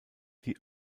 die